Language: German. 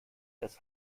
das